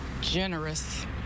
generous